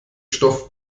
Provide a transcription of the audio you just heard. stoff